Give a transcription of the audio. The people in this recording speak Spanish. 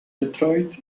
detroit